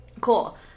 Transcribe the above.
Cool